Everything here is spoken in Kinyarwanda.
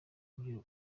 muri